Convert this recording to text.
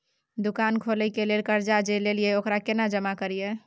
दुकान खोले के लेल कर्जा जे ललिए ओकरा केना जमा करिए?